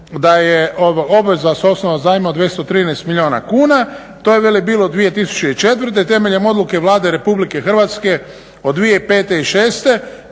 da je obveza s osnova zajma od 213 milijuna kuna to je veli bilo 2004.temeljem odluke Vlade RH od 2005.i šeste